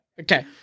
Okay